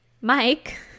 mike